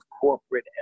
corporate